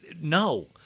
no